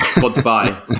goodbye